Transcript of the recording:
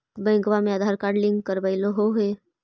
बैंकवा मे Aadhaar card link करवैलहो है?